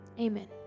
Amen